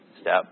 step